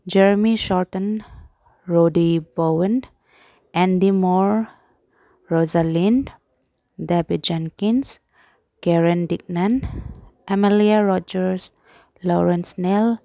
Jeremy ꯁꯣꯔꯇꯟ ꯔꯣꯗꯤꯞ ꯄꯋꯥꯟ ꯑꯦꯟꯗꯤ ꯃꯣꯔ ꯔꯤꯖꯂꯤꯟ ꯗꯦꯕꯤꯖꯦꯟꯀꯤꯟꯁ ꯀꯦꯔꯟ ꯗꯤꯛꯅꯟ ꯑꯦꯃꯂꯤꯌꯥ ꯔꯣꯖꯔꯁ ꯂꯣꯔꯦꯟꯁ ꯅꯦꯜ